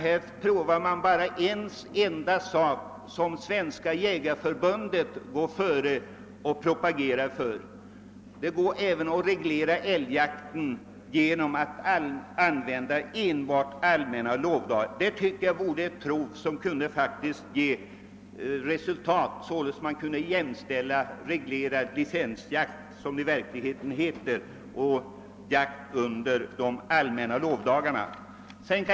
Här prövar man en enda form som Svenska jägareförbundet propagerar för. Det går att reglera älgjakten även genom att använda allmänna lovdagar. Det vore verkligen ett prov som kunde ge resultat; man kunde således jämställa reglerad licensjakt, som det i verkligheten heter, och jakt under allmänna lovdagar.